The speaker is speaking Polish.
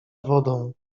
wodą